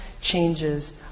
changes